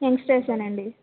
యంగస్టర్సే అండి